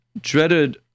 dreaded